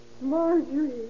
Marjorie